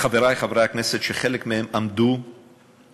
בחברי חברי הכנסת, שחלק מהם עמדו והקריאו,